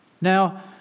Now